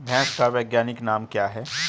भैंस का वैज्ञानिक नाम क्या है?